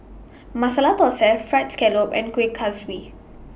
Masala Thosai Fried Scallop and Kuih Kaswi